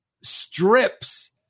strips